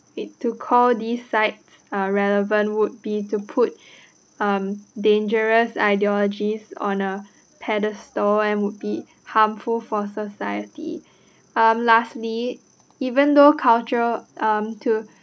if to call this sites uh relevant would be to put um dangerous ideologies on a pedestal and would be harmful for society um lastly even though culture um to